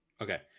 Okay